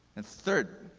and third,